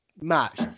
match